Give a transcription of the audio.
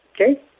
Okay